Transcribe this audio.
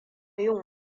yin